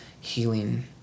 healing